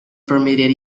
permitted